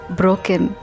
broken